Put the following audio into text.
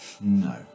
No